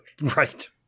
Right